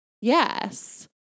yes